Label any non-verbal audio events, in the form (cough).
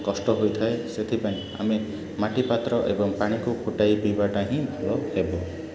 କଷ୍ଟ ହୋଇଥାଏ ସେଥିପାଇଁ ଆମେ ମାଟି ପାତ୍ର ଏବଂ ପାଣିକୁ ଫୁଟାଇ ପିଇବାଟା ହିଁ (unintelligible) ହେବୁ